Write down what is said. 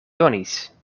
donis